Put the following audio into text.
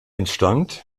entstand